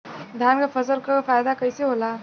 धान क फसल क फायदा कईसे होला?